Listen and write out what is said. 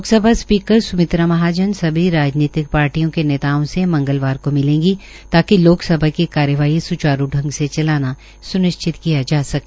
Lok Sabha speaker Sumitra Mahajan सभी राजनीतिक पार्टियों के नेताओं से मंगलवार को मिलेगी ताकि लोकसभा की कार्यवाही स्चारू ढंग से चलाना स्निश्चित किया जा सके